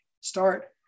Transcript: Start